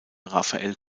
rafael